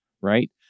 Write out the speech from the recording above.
right